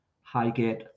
Highgate